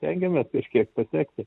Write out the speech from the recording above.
stengiamės kažkiek pasekti